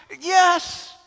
Yes